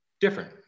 different